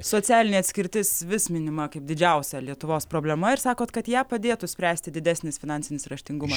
socialinė atskirtis vis minima kaip didžiausia lietuvos problema ir sakot kad ją padėtų spręsti didesnis finansinis raštingumas